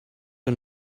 and